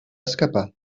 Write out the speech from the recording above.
escapar